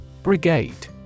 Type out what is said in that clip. Brigade